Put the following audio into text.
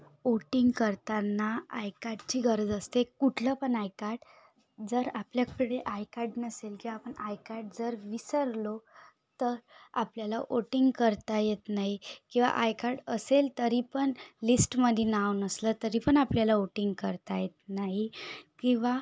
voting करताना आयकाडची गरज असते कुठलं पण आय काड जर आपल्याकडे आय काड नसेल किंवा आपण आय काड जर विसरलो तर आपल्याला वोटिंग करता येत नाही किंवा आय काड असेल तरी पण लिस्टमधे नाव नसलं तरी पण आपल्याला वोटिंग करता येत नाही किंवा